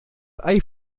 hay